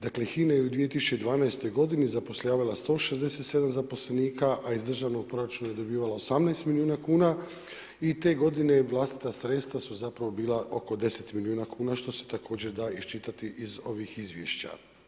Dakle, HINA je 2012. g. zapošljavala 167 zaposlenika a iz državnog proračuna dobivala 18 milijuna kuna i te godine vlastita sredstva su zapravo bila oko 10 milijuna kuna, što se također da iščitati iz ovih izvješća.